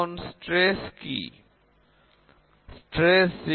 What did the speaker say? এখন পীড়ন কি